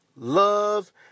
Love